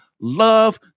love